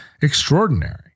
Extraordinary